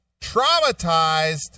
traumatized